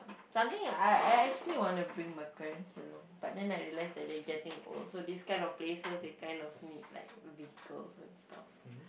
something I I actually want to bring my parents along but then I realised they getting old so these kinds of places they kind of need like vehicles and stuff